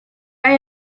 hay